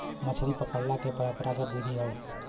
मछरी पकड़ला के परंपरागत विधि हौ